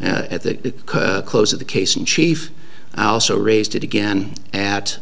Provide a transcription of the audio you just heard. at the close of the case in chief i also raised it again at